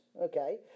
Okay